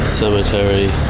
cemetery